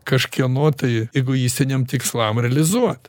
kažkieno tai egoistiniam tikslam realizuot